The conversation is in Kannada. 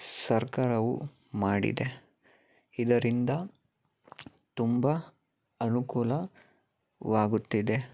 ಸರ್ಕಾರವು ಮಾಡಿದೆ ಇದರಿಂದ ತುಂಬ ಅನುಕೂಲವಾಗುತ್ತಿದೆ